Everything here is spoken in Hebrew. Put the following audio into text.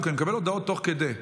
אני מקבל הודעות תוך כדי.